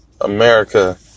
America